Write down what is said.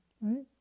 Right